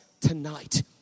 tonight